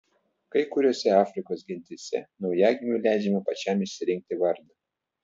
kai kuriose afrikos gentyse naujagimiui leidžiama pačiam išsirinkti vardą